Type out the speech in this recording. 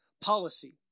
policy